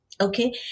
okay